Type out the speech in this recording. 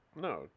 No